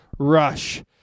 Rush